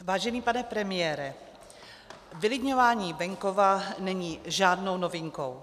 Vážený pane premiére, vylidňování venkova není žádnou novinkou.